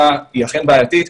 היא אכן בעייתית,